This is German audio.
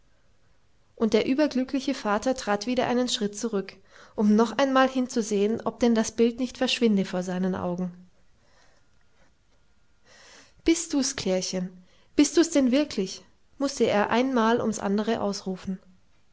und der überglückliche vater trat wieder einen schritt zurück um noch einmal hinzusehen ob denn das bild nicht verschwinde vor seinen augen bist du's klärchen bist du's denn wirklich mußte er ein mal ums andere ausrufen